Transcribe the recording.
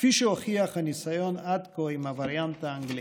כפי שהוכיח הניסיון עד כה עם הווריאנט האנגלי.